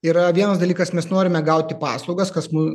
yra vienas dalykas mes norime gauti paslaugas kas mum